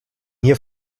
hier